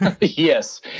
Yes